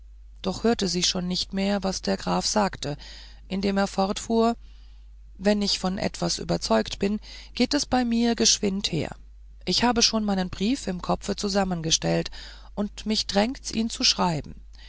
doch hörte sie schon nicht mehr was der graf sagte indem er fortfuhr wenn ich von etwas überzeugt bin geht es bei mir geschwind her ich habe schon meinen brief im kopfe zusammengestellt und mich drängts ihn zu schreiben